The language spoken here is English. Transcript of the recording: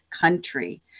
country